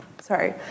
sorry